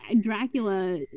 Dracula